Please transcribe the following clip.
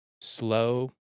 Slow